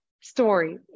Story